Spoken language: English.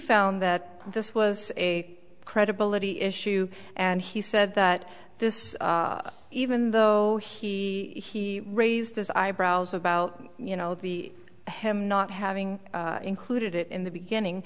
found that this was a credibility issue and he said that this even though he raised his eyebrows about you know the him not having included it in the beginning